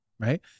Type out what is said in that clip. right